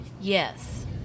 Yes